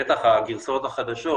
בטח הגרסאות החדשות,